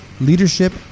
leadership